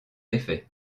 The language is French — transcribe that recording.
effet